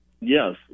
yes